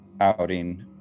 outing